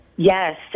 Yes